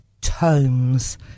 tomes